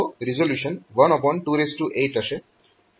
તો રિઝોલ્યુશન 128 હશે